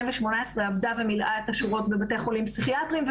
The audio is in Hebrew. ב-2018 ומילאה את השורות בבתי חולים פסיכיאטריים.